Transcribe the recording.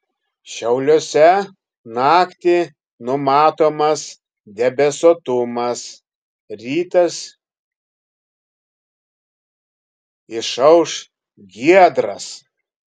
šiauliuose naktį numatomas debesuotumas rytas išauš giedras